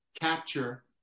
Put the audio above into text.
Capture